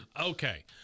okay